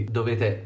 dovete